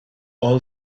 all